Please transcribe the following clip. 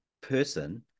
person